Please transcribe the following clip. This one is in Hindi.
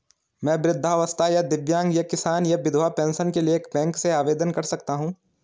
मैं वृद्धावस्था या दिव्यांग या किसान या विधवा पेंशन के लिए बैंक से आवेदन कर सकता हूँ?